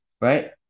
right